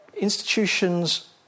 institutions